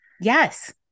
Yes